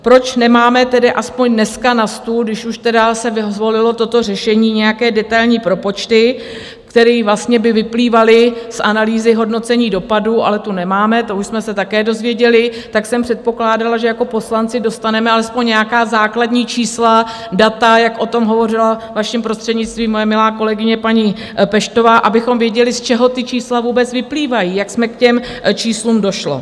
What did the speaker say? Proč nemáme tedy aspoň dneska na stůl, když už tedy se zvolilo toto řešení, nějaké detailní propočty, které vlastně by vyplývaly z analýzy hodnocení dopadů, ale tu nemáme, to už jsme se také dozvěděli, tak jsem předpokládala, že jako poslanci dostaneme alespoň nějaká základní čísla, data, jak o tom hovořila, vaším prostřednictvím, moje milá kolegyně paní Peštová, abychom věděli, z čeho ta čísla vůbec vyplývají, jak se k těm číslům došlo.